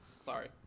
Sorry